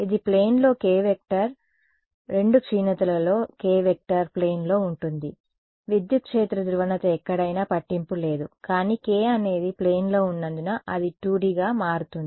ఇది ప్లేన్ లో k vector 2 క్షీణతలలో k వెక్టార్ ప్లేన్ లో ఉంటుంది విద్యుత్ క్షేత్ర ధ్రువణత ఎక్కడైనా పట్టింపు లేదు కానీ k అనేది ప్లేన్ లో ఉన్నందున అది 2D గా మారుతుంది